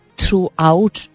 throughout